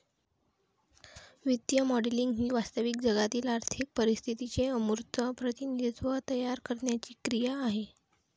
वित्तीय मॉडेलिंग ही वास्तविक जगातील आर्थिक परिस्थितीचे अमूर्त प्रतिनिधित्व तयार करण्याची क्रिया आहे